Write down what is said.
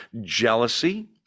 jealousy